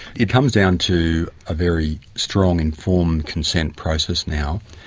it comes down to a very strong informed consent process now.